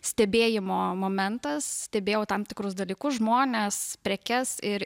stebėjimo momentas stebėjau tam tikrus dalykus žmones prekes ir